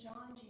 John